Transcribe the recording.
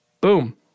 Boom